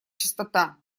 чистота